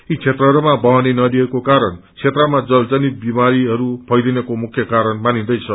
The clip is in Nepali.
यी क्षेत्रहरूमा बहने नदीहरूको कारण क्षेत्रमा जलजनित विमारीहरूफैलिनको मुख्य कारण मानिन्दैछ